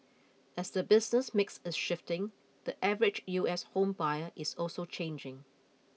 as the business mix is shifting the average U S home buyer is also changing